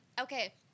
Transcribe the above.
Okay